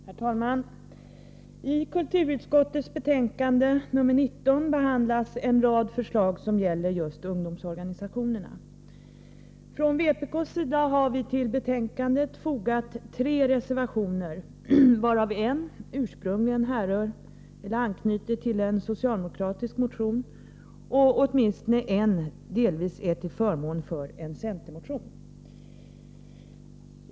Herr talman! I kulturutskottets betänkande 19 behandlas en rad förslag som gäller ungdomsorganisationerna. Från vpk:s sida har vi till betänkandet fogat tre reservationer, varav en ursprungligen anknyter till en socialdemokratisk motion och åtminstone en delvis är till förmån för en centermotion.